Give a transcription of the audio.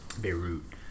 Beirut